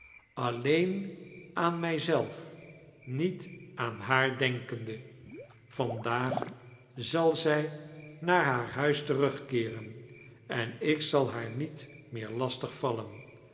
alleen aan mij zelf niet aan haar denkende vandaag zal zij naar haar huis tearugkieeren en ik zal haar niet meer lastig vallen